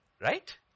right